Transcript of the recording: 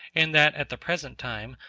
and that, at the present time,